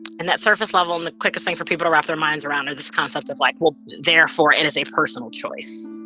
and that surface level and the quickest thing for people to wrap their minds around is this concept of, like, well, therefore, it is a personal choice